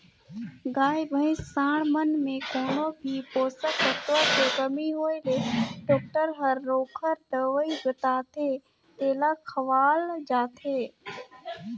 गाय, भइसी, सांड मन में कोनो भी पोषक तत्व के कमी होय ले डॉक्टर हर ओखर दवई बताथे तेला खवाल जाथे